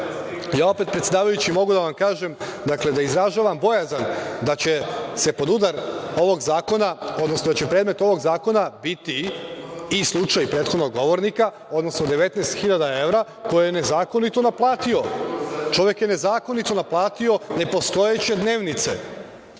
opet, predsedavajući, mogu da vam kažem da izražavam bojazan da će se pod udar ovog zakona, odnosno da će predmet ovog zakona biti i slučaj prethodnog govornika, odnosno 19 hiljada evra koje je nezakonito naplatio. Čovek je nezakonito naplatio nepostojeće dnevnice,